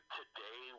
today